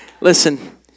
listen